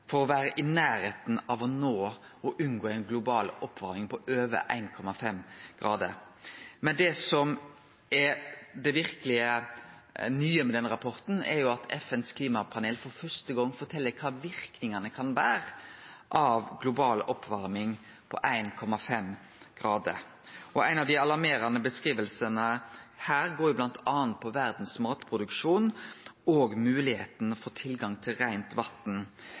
for å vere i nærleiken av å unngå ei global oppvarming på over 1,5 grader. Men det som verkeleg er det nye med denne rapporten, er at FNs klimapanel for første gong fortel kva verknadene av ei global oppvarming på 1,5 grader kan vere. Ei av dei alarmerande beskrivingane her går bl.a. på matproduksjonen i verda og moglegheita for tilgang til reint